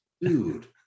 Dude